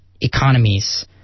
economies